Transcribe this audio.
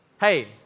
Hey